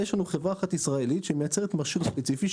יש חברה אחת ישראלית שמייצרת מכשיר ספציפי,